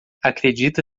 acredita